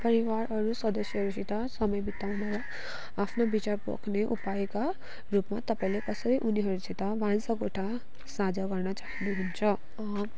परिवार अरू सदस्यहरूसित समय बिताउन आफ्नो विचार पोख्ने उपायका रूपमा तपाईँले कसरी उनीहरूसित भान्साकोठा साझा गर्न चाहनुहुन्छ